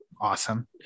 Awesome